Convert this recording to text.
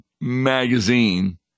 magazine